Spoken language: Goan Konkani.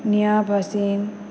नेहा भसीन